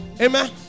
Amen